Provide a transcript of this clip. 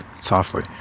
softly